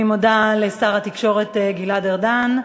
אני מודה לשר התקשורת גלעד ארדן.